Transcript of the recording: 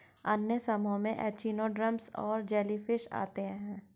अन्य समूहों में एचिनोडर्म्स और जेलीफ़िश आते है